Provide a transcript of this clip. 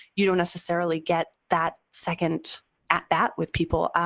you don't necessarily get that second at bat with people.